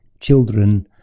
children